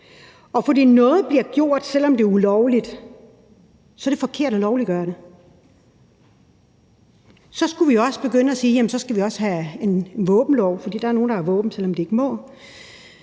Og fordi noget bliver gjort, selv om det er ulovligt, er det ikke rigtigt at lovliggøre det. Så skulle vi også begynde at sige, at vi også skal have en anden våbenlov, fordi der er nogle, der har våben, selv om de ikke må.